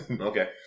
Okay